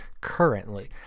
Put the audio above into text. currently